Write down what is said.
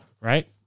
right